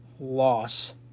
loss